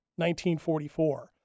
1944